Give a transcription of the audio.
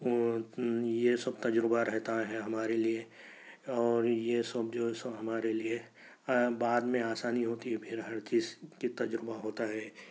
وہ یہ سب تجربہ رہتا ہے ہمارے لیے اور یہ سب جو ہے سو ہمارے لیے بعد میں آسانی ہوتی ہے پھر ہر چیز کی تجربہ ہوتا ہے